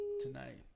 Tonight